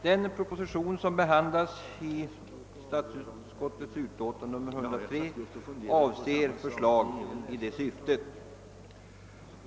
Den proposition som behandlas i statsutskottets utlåtande nr 103 innehåller förslag i det syftet.